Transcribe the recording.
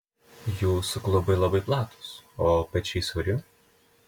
jūsų klubai labai platūs o pečiai siauri